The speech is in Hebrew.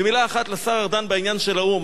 ומלה אחת לשר ארדן בעניין של האו"ם.